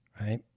right